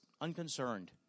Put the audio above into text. unconcerned